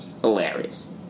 hilarious